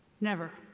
never.